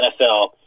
NFL